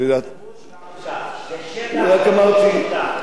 שטח כבוש, זה שטח כבוש נקודה.